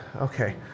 okay